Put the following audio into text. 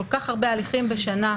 מכל כך הרבה הליכים בשנה,